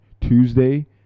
Tuesday